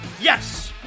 Yes